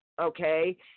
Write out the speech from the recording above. Okay